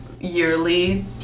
yearly